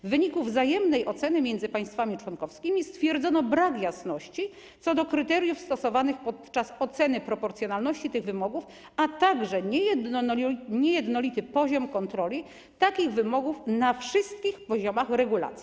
W wyniku wzajemnej oceny między państwami członkowskimi stwierdzono brak jasności co do kryteriów stosowanych podczas oceny proporcjonalności tych wymogów, a także niejednolity poziom kontroli takich wymogów na wszystkich poziomach regulacji.